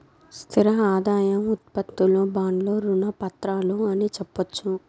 స్థిర ఆదాయం ఉత్పత్తులు బాండ్లు రుణ పత్రాలు అని సెప్పొచ్చు